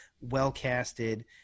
well-casted